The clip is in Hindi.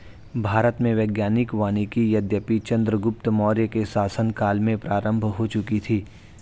भारत में वैज्ञानिक वानिकी यद्यपि चंद्रगुप्त मौर्य के शासन काल में प्रारंभ हो चुकी थी